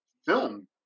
film